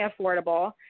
affordable